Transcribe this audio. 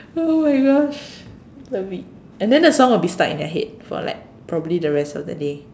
!oh-my-gosh! so be and then the song will be stuck in your head for like probably the rest of the day